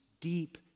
deep